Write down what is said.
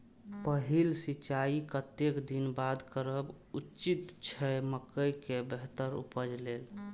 पहिल सिंचाई कतेक दिन बाद करब उचित छे मके के बेहतर उपज लेल?